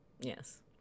Yes